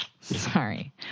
Sorry